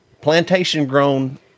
plantation-grown